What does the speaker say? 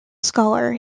scholar